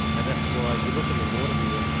and that's why you look in the water here,